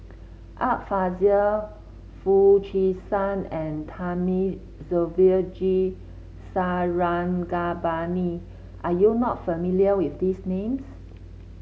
Art Fazil Foo Chee San and Thamizhavel G Sarangapani are you not familiar with these names